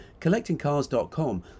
CollectingCars.com